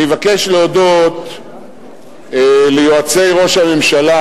אני מבקש להודות ליועצי ראש הממשלה,